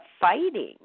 fighting